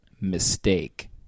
mistake